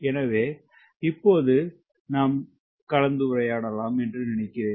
எனவே இப்போது கலந்துரையாடலாம் என்று நினைக்கிறன்